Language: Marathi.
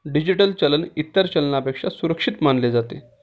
डिजिटल चलन इतर चलनापेक्षा सुरक्षित मानले जाते